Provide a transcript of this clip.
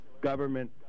government